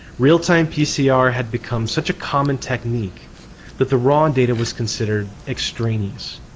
real-time pcr had become such a common technique that the raw and data was considered extraneous.